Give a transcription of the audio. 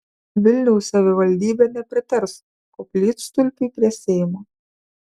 vilniaus savivaldybė nepritars koplytstulpiui prie seimo